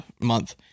Month